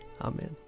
Amen